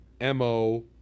MO